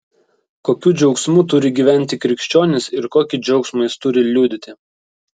kokiu džiaugsmu turi gyventi krikščionis ir kokį džiaugsmą jis turi liudyti